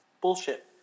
bullshit